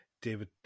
David